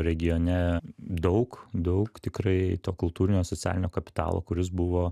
regione daug daug tikrai to kultūrinio socialinio kapitalo kuris buvo